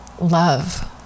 love